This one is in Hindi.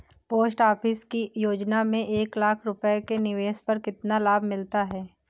पोस्ट ऑफिस की योजना में एक लाख रूपए के निवेश पर कितना लाभ मिलता है?